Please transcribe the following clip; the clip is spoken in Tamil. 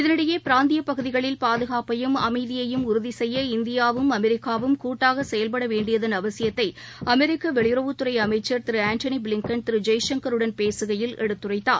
இதற்கிடையே பிராந்தியப் பகுதிகளில் பாதுகாப்பையும் அமைதியையும் உறுதி செய்ய இந்தியாவும் அமெிக்காவும் கூட்டாக செயல்பட வேண்டியதன் அவசிதய்தை அமெரிக்க வெளியுறவுத்துறை அமைச்சர் திரு ஆண்டனி ப்ளிங்கன் திரு ஜெய்சங்கருடன் பேசுகையில் எடுத்துரைத்தார்